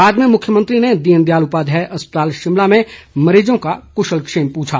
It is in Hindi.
बाद में मुख्यमंत्री ने दीनदयाल उपाध्याय अस्पताल शिमला में मरीजों का कुशलक्षेम पूछा